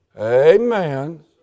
Amen